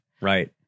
Right